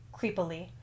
creepily